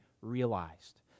realized